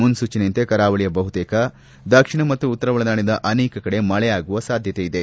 ಮುನ್ಲೂಚನೆಯಂತೆ ಕರಾವಳಿಯ ಬಹುತೇಕ ದಕ್ಷಿಣ ಮತ್ತು ಉತ್ತರ ಒಳನಾಡಿನ ಅನೇಕ ಕಡೆ ಮಳೆಯಾಗುವ ಸಾಧ್ಯತೆ ಇದೆ